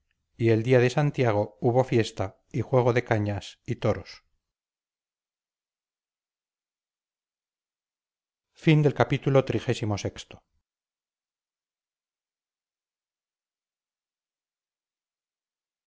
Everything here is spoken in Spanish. y el día de santiago hubo fiesta y juego de cañas y toros